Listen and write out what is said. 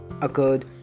occurred